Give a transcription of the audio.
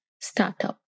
startup